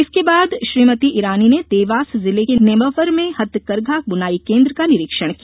इसके बाद श्रीमती ईरानी ने देवास जिले के नेमावर में हथकरघा बुनाई केन्द्र का निरीक्षण किया